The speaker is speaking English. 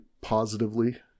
positively